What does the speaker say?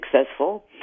successful